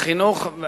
חינוך.